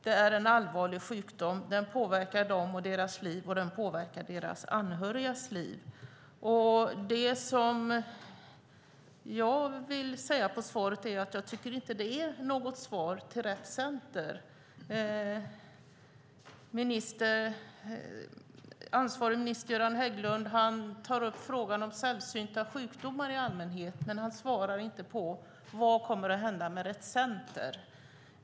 Det är en allvarlig sjukdom som påverkar dessa barn och deras liv, och den påverkar deras anhörigas liv. Jag tycker inte att ministerns svar är något svar till Rett Center. Ansvarig minister Göran Hägglund tar upp frågan om sällsynta sjukdomar i allmänhet. Men han svarar inte på vad som kommer att hända med Rett Center.